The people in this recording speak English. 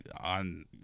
on